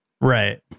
right